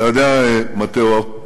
אתה יודע, מתאו,